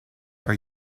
are